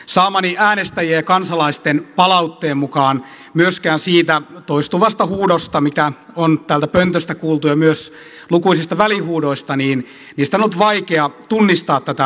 saamani äänestäjien ja kansalaisten palautteen mukaan myöskään siitä toistuvasta huudosta mitä on täältä pöntöstä kuultu ja myös lukuisista välihuudoista on ollut vaikea tunnistaa tätä ohjelmaa